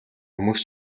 хүмүүс